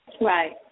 Right